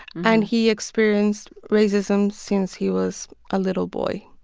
and he experienced racism since he was a little boy.